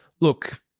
look